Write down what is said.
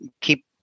keep